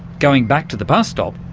going back to the bus stop,